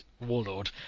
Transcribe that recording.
warlord